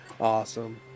awesome